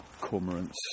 cormorants